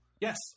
Yes